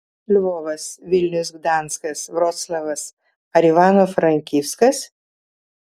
lvovas vilnius gdanskas vroclavas ar ivano frankivskas